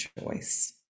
choice